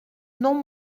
non